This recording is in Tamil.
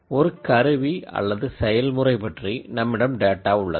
ஒரு எக்யுப்மென்ட் அல்லது ப்ராசஸ் பற்றி நம்மிடம் டேட்டா உள்ளது